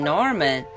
Norman